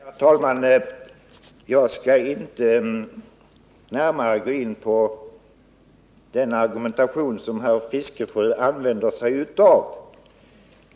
Herr talman! Jag skall inte närmare gå in på den argumentation som herr Fiskesjö använder.